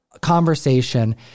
conversation